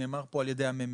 נאמר פה על ידי הממ"מ,